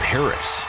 Paris